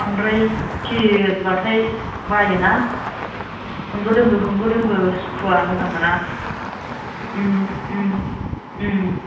बांद्राय भिरबाथाय बायो ना होंगो दोंगो होंगो दोंगो सुखुआ मोजां मोना